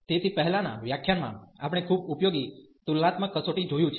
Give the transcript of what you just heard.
તેથી પહેલાનાં વ્યાખ્યાનમાં આપણે ખૂબ ઉપયોગી તુલનાત્મક કસોટી જોયું છે